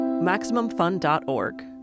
Maximumfun.org